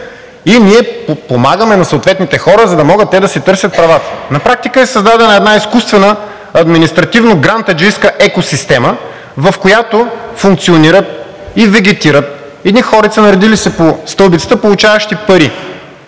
и помагаме на съответните хора, за да могат те да си търсят правата.“ На практика е създадена една изкуствена административно- грантаджийска екосистема, в която функционират и вегетират едни хорица, наредили се по стълбицата, получаващи пари